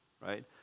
right